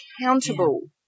accountable